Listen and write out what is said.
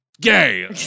gay